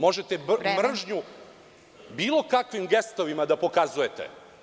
Možete mržnju bilo kakvim gestovima da pokazujete.